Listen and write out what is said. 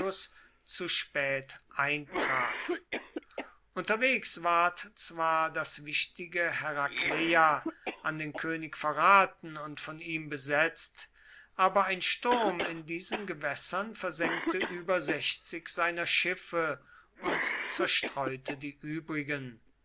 zu spät eintraf unterwegs ward zwar das wichtige herakleia an den könig verraten und von ihm besetzt aber ein sturm in diesen gewässern versenkte über sechzig seiner schiffe und zerstreute die übrigen